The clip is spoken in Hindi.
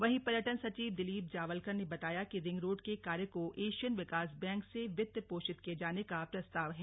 वहीं पर्यटन सचिव दिलीप जावलकर ने बताया कि रिंग रोड के कार्य को एशियन विकास बैंक से वित्त पोषित किये जाने का प्रस्ताव है